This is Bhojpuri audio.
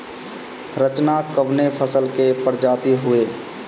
रचना कवने फसल के प्रजाति हयुए?